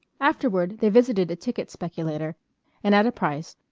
afterward they visited a ticket speculator and, at a price,